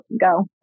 go